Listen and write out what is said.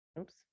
Oops